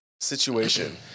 situation